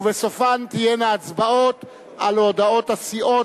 ובסופו תהיינה הצבעות על הודעות הסיעות